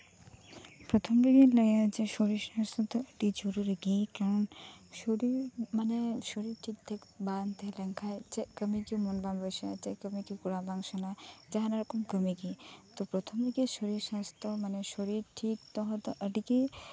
ᱯᱨᱚᱛᱷᱚᱢ ᱨᱤᱧ ᱢᱚᱱᱮᱭᱟ ᱡᱮ ᱥᱚᱨᱤᱨ ᱥᱟᱥᱛᱷᱚ ᱫᱚ ᱟᱹᱰᱤ ᱡᱚᱨᱩᱨᱤ ᱜᱮᱭᱟ ᱠᱟᱨᱚᱱ ᱥᱚᱨᱤᱨ ᱴᱷᱤᱠᱼᱴᱷᱟᱠ ᱵᱟᱝ ᱛᱟᱦᱮᱸ ᱞᱮᱱ ᱠᱷᱟᱡ ᱪᱮᱡ ᱠᱟᱹᱢᱤ ᱜᱮ ᱡᱮᱢᱚᱱ ᱵᱟᱝ ᱵᱟᱹᱭᱥᱟᱹᱜᱼᱟ ᱪᱮᱫ ᱠᱟᱹᱢᱤ ᱜᱮ ᱠᱚᱨᱟᱣ ᱵᱟᱝ ᱥᱟᱱᱟᱣᱟ ᱡᱟᱦᱟᱸᱞᱮᱠᱟᱱ ᱠᱟᱹᱢᱤ ᱜᱮ ᱛᱚ ᱯᱨᱚᱛᱷᱚᱢ ᱨᱮᱜᱮ ᱥᱚᱨᱤᱨ ᱥᱟᱥᱛᱷᱚ ᱟᱹᱰᱤ ᱜᱮ